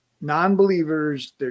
non-believers